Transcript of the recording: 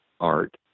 art